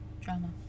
Drama